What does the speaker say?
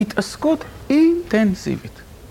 התעסקות אינטנסיבית